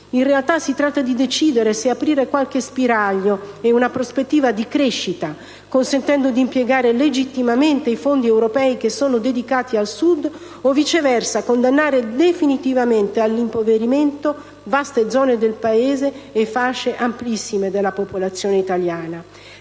In realtà si tratta di decidere se aprire qualche spiraglio e una prospettiva di crescita, consentendo di impiegare legittimamente i fondi europei che sono dedicati al Sud o viceversa condannare definitivamente all'impoverimento vaste zone del Paese e fasce amplissime della popolazione italiana.